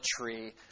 tree